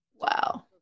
Wow